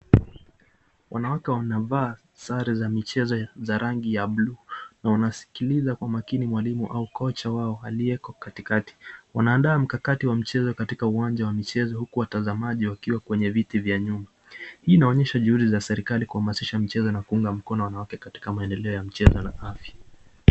wanawake wamevaa zare za michezo za rangi ya blue na wanasilikiza kwa makini mwalimu au kocha wao alieko katikati wanaanda mkakati wa mchezo katika uwanja wa mchezo huku watazamaji wakiwa kwenye viti vya nyuma, hii inaonyesha juhudi za serikali kuamashisha michezo na kuunga mkono wanawake katika maendeleo ya mchezo na afya.